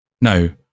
No